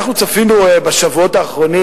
אנחנו צפינו בשבועות האחרונים,